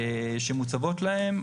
שמוצבות להם.